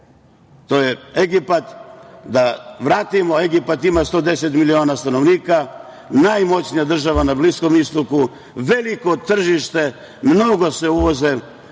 To je Egipat. Egipat ima 110 miliona stanovnika, najmoćnija država na Bliskom istoku, veliko tržište, mnogo se uvoze